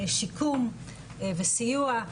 שיקום וסיוע.